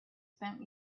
spent